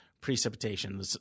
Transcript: precipitation